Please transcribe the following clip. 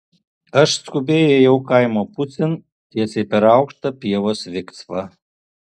aš skubiai ėjau kaimo pusėn tiesiai per aukštą pievos viksvą